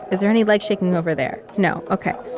is there any leg-shaking over there? no. okay.